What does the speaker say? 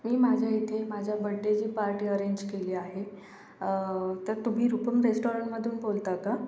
मी माझ्या इथे माझ्या बड्डेची पार्टी अरेंज केली आहे तर तुम्ही रुपम रेस्टॉरंट मधून बोलता का